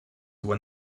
when